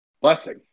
blessing